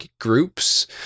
groups